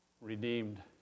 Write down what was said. redeemed